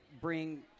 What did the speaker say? bring